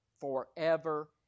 forever